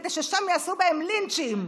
כדי ששם יעשו בהם לינצ'ים.